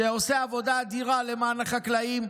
שעושה עבודה אדירה למען החקלאים,